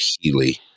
Healy